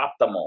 optimal